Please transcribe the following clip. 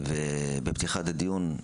בפתיחת הדיון,